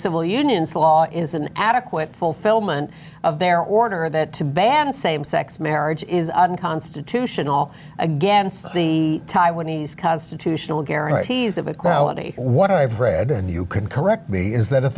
civil unions law is an adequate fulfillment of their order that to ban same sex marriage is unconstitutional against the taiwanese constitutional guarantees of equality what i've read and you could correct me is that if